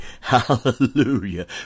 Hallelujah